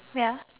wait ah